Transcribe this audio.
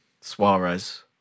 Suarez